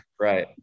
right